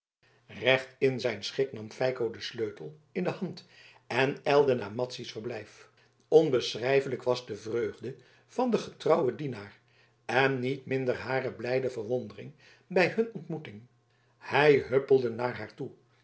recht in zijn schik nam feiko den sleutel in de hand en ijlde naar madzy's verblijf onbeschrijflijk was de vreugde van den getrouwen dienaar en niet minder hare blijde verwondering bij hun ontmoeting hij huppelde naar